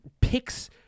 picks –